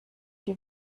die